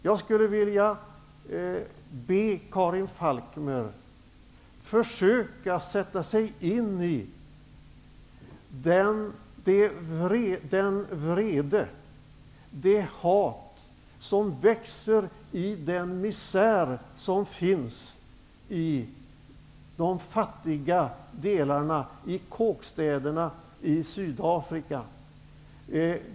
Jag skulle vilja be Karin Falkmer att försöka sätta sig in i den vrede och det hat som växer i den misär som finns i de fattiga delarna av landet, i kåkstäderna, i Sydafrika.